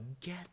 Get